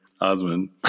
Osmond